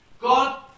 God